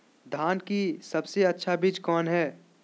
धान की सबसे अच्छा बीज कौन है?